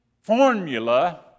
formula